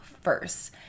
first